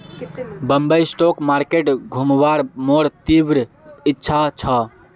Bombay stock market घुमवार मोर तीव्र इच्छा छ